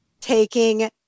taking